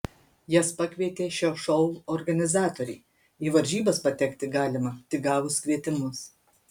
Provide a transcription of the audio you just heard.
jas pakvietė šio šou organizatoriai į varžybas patekti galima tik gavus kvietimus